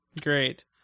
Great